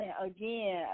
again